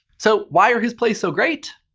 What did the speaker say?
so why are his plays so great?